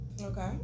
Okay